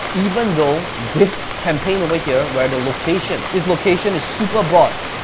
even though this campaign over here, where the location, this location is super broad,